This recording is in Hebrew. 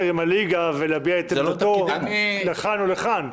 עם הליגה ולהביע את עמדתה לכאן או לכאן.